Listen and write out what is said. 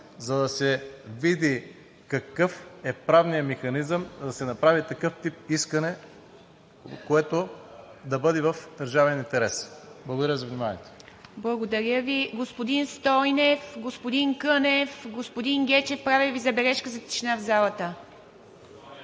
за да се види какъв е правният механизъм да се направи такъв тип искане, което да бъде в държавен интерес. Благодаря за вниманието. ПРЕДСЕДАТЕЛ ИВА МИТЕВА: Благодаря Ви. Господин Стойнев, господин Кънев, господин Гечев – правя Ви забележка за тишина в залата.